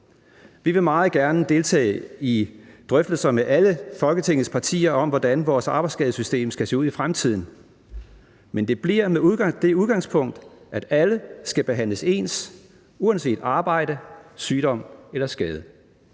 Vi vil meget gerne deltage i drøftelser med alle Folketingets partier om, hvordan vores arbejdsskadesystem skal se ud i fremtiden, men det bliver med det udgangspunkt, at alle skal behandles ens, uanset arbejde, sygdom eller skade.